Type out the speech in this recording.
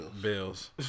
Bills